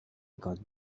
got